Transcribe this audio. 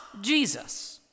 Jesus